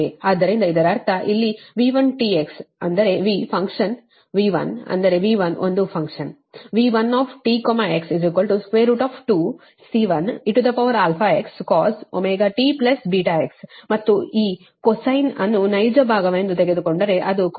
ಆದ್ದರಿಂದ ಇದರ ಅರ್ಥ ಅಲ್ಲಿ V1t x ಅಂದರೆ V ಫಂಕ್ಷನ್ V1 ಅಂದರೆ V1 ಒಂದು function V1t x 2 C1 eαx cos ωtβx ಮತ್ತು ಈ cosine ಅನ್ನು ನೈಜ ಭಾಗವೆಂದು ತೆಗೆದುಕೊಂಡರೆ ಅದು cos ωtβx ಆಗಿರುತ್ತದೆ